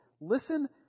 Listen